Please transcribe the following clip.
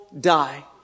die